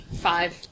Five